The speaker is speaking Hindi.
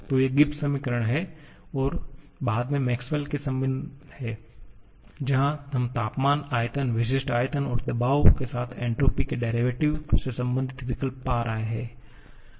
तो ये गिब्स समीकरण हैं और बाद में मैक्सवेल के संबंध Maxwell's relations हैं जहां हम तापमान आयतन विशिष्ट आयतन और दबाव के साथ एन्ट्रापी के डेरिवेटिव से संबंधित विकल्प पा रहे हैं